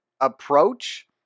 approach